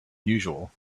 usual